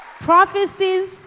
Prophecies